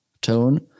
tone